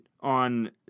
on